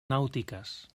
nàutiques